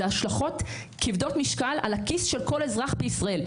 השלכות כבדות משקל על הכיס של כל אזרח בישראל.